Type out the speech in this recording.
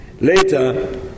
Later